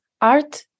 art